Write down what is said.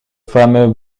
fameux